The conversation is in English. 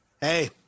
hey